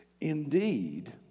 Indeed